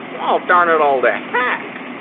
oh, darn it all to heck!